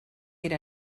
era